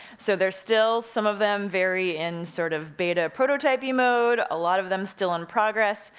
so there's still some of them, very in sort of beta prototype-y mode, a lot of them still in progress.